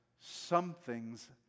something's